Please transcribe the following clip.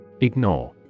Ignore